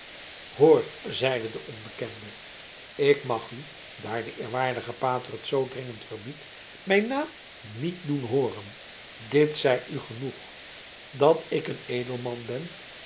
hoor zeide de onbekende ik mag u daar de eerwaardige pater het zoo dringend verbiedt mijn naam niet doen hooren dit zij u genoeg dat ik een edelman ben